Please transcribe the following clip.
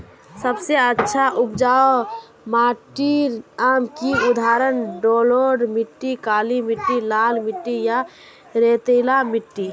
सबसे अच्छा उपजाऊ माटिर नाम की उदाहरण जलोढ़ मिट्टी, काली मिटटी, लाल मिटटी या रेतीला मिट्टी?